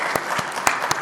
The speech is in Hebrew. (מחיאות כפיים)